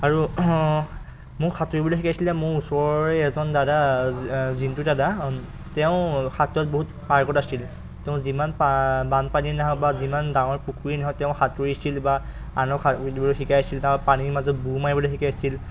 আৰু মোক সাঁতুৰিবলৈ শিকাইছিলে মোৰ ওচৰৰে এজন দাদা জিণ্টু দাদা তেওঁ সাঁতোৰাত বহুত পাৰ্কত আছিল তেওঁ যিমান বানপানী নাহক বা যিমান ডাঙৰ পুখুৰী নহওক তেওঁ সাঁতুৰিছিল বা আনক দিবলৈ শিকাইছিল তাৰ পানীৰ মাজত বুৰ মাৰিবলৈ শিকাইছিল